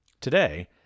Today